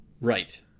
right